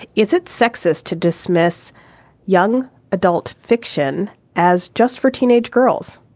is it sexist to dismiss young adult fiction as just for teenage girls?